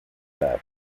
back